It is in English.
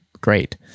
great